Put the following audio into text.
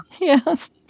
Yes